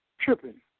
tripping